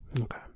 okay